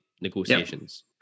negotiations